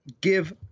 give